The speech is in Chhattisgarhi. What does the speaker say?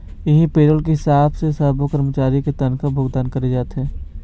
इहीं पेरोल के हिसाब से सब्बो करमचारी के तनखा भुगतान करे जाथे